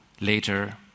later